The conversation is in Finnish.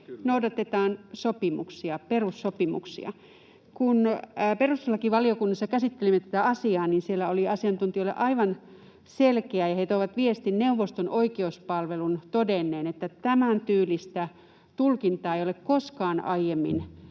sopimuksia, perussopimuksia? Kun perustuslakivaliokunnassa käsittelimme tätä asiaa, siellä oli asiantuntijoille aivan selkeää ja he toivat viestin, että neuvoston oikeuspalvelu on todennut, että tämäntyylistä tulkintaa ei ole koskaan aiemmin